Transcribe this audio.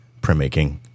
printmaking